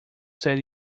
said